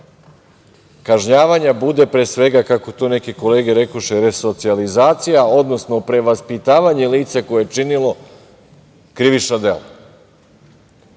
kažnjavanja bude, pre svega, kako to neke kolege rekoše, resocijalizacija, odnosno prevaspitavanje lica koje je činilo krivično delo,